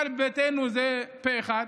ישראל ביתנו, זה פה אחד.